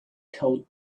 told